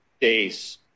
days